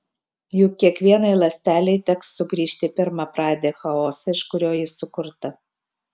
juk kiekvienai ląstelei teks sugrįžti į pirmapradį chaosą iš kurio ji sukurta